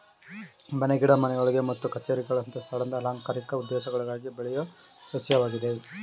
ಮನೆ ಗಿಡ ಮನೆಯೊಳಗೆ ಮತ್ತು ಕಛೇರಿಗಳಂತ ಸ್ಥಳದಲ್ಲಿ ಅಲಂಕಾರಿಕ ಉದ್ದೇಶಗಳಿಗಾಗಿ ಬೆಳೆಯೋ ಸಸ್ಯವಾಗಿದೆ